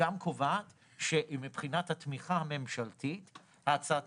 קובעת שמבחינת התמיכה הממשלתית הצעת